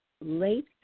late